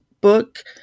book